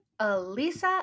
Alisa